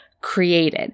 created